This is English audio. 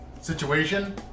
situation